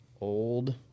old –